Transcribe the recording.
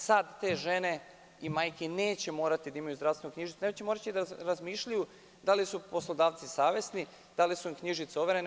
Sada te žene i majke neće morati da imaju zdravstvenu knjižicu, neće morati da razmišljaju da li su poslodavci savesni, da li su im knjižice overene.